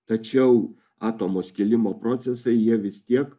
tačiau atomo skilimo procesai jie vis tiek